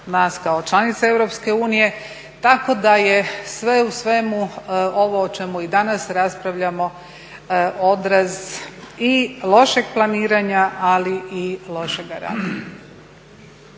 nas kao članice EU. Tako da je sve u svemu ovo o čemu i danas raspravljamo odraz i lošeg planiranja, ali i lošega rada.